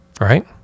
Right